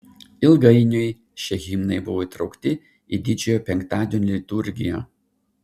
ilgainiui šie himnai buvo įtraukti į didžiojo penktadienio liturgiją